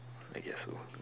I guess so